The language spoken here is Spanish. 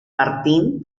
martín